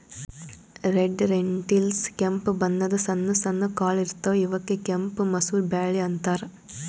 red lentils ಕೆಂಪ್ ಬಣ್ಣದ್ ಸಣ್ಣ ಸಣ್ಣು ಕಾಳ್ ಇರ್ತವ್ ಇವಕ್ಕ್ ಕೆಂಪ್ ಮಸೂರ್ ಬ್ಯಾಳಿ ಅಂತಾರ್